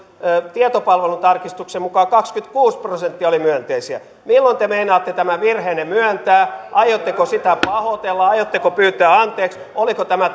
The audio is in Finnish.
tietopalvelun tarkistuksen mukaan kaksikymmentäkuusi prosenttia oli myönteisiä milloin te meinaatte tämän virheenne myöntää aiotteko sitä pahoitella aiotteko pyytää anteeksi oliko tämä